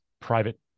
private